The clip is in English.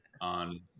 on